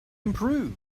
improved